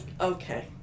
okay